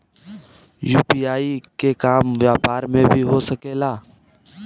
UPI के काम व्यापार में भी हो सके ला?